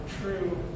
true